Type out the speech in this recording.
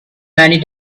many